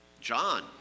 John